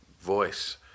voice